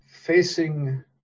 facing